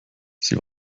sie